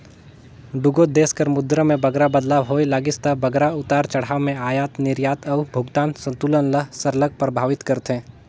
दुगोट देस कर मुद्रा में बगरा बदलाव होए लगिस ता बगरा उतार चढ़ाव में अयात निरयात अउ भुगतान संतुलन ल सरलग परभावित करथे